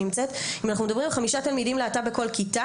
אם אנחנו מדברים על חמישה תלמידים להט"בים בכל כיתה,